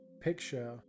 picture